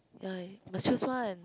ya you must choose one